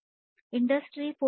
industry 4